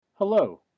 Hello